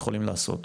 יכולים לעשות.